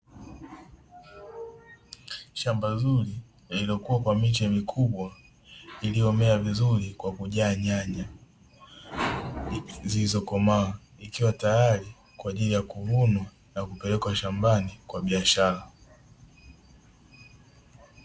Shamba zuri lililokua kwa miche mikubwa iliyomea vizuri kwa kujaa nyanya zilizokomaa, ikiwa tayari kwaajili ya kuvunwa na kupelekwa shambani kwaajili ya biashara.